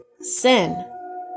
sin